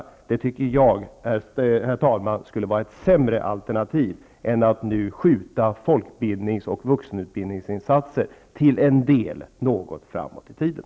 Detta tycker jag, herr talman, skulle vara ett sämre alternativ än att nu till en del skjuta folkbildnings och vuxenutbildningsinsatser något framåt i tiden.